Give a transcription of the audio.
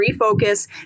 refocus